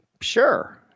Sure